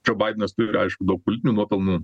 džo baidenas turi aišku daug politinių nuopelnų